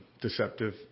deceptive